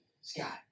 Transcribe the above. Scott